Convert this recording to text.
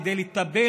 כדי לטפל,